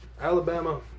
Alabama